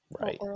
Right